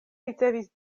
ricevis